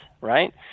right